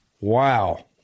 Wow